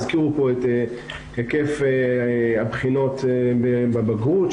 הזכירו פה את היקף הבחינות בבגרות,